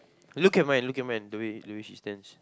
look at mine look at mine the way the way she stands